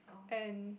and